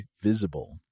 Visible